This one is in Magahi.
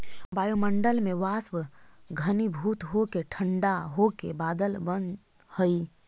वायुमण्डल में वाष्प घनीभूत होके ठण्ढा होके बादल बनऽ हई